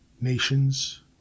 nations